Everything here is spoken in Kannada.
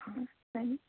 ಹಾಂ ಸರಿ